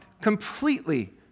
completely